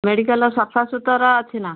medical ସଫାସୁତରା ଅଛିନା